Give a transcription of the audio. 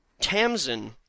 Tamsin